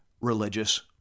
religious